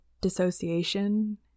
dissociation